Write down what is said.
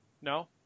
No